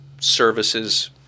services